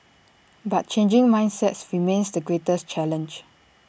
but changing mindsets remains the greatest challenge